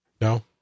No